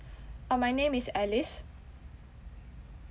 uh my name is alice